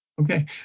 Okay